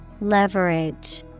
Leverage